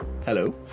hello